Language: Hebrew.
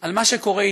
על מה שקורה איתנו,